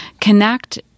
connect